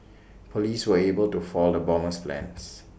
Police were able to fall the bomber's plans